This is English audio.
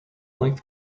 length